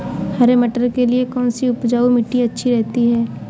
हरे मटर के लिए कौन सी उपजाऊ मिट्टी अच्छी रहती है?